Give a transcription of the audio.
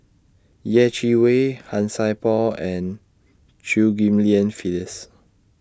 Yeh Chi Wei Han Sai Por and Chew Ghim Lian Phyllis